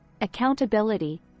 accountability